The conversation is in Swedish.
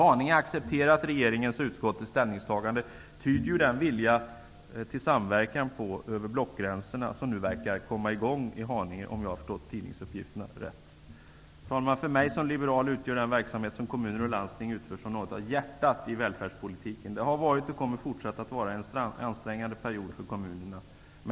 Jag har förstått av tidningsuppgifter att en samverkan över blockgränserna nu verkar komma i gång i Haninge, och det tyder ju på att Haninge har accepterat regeringens och utskottets ställningstagande. Herr talman! För mig som liberal utgör den verksamhet som kommuner och landsting utför något av hjärtat i välfärdspolitiken. Det har varit och kommer fortsatt att vara en ansträngande period för kommunerna.